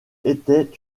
était